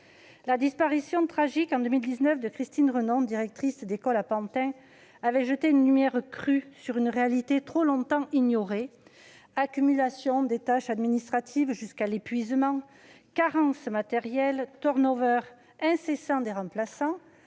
La disparition tragique en 2019 de Christine Renon, directrice d'école à Pantin, avait jeté une lumière crue sur une réalité trop longtemps ignorée : accumulation des tâches administratives jusqu'à l'épuisement, carences matérielles, turnover incessant des remplaçants,